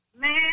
Man